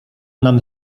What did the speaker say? nam